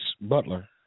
Butler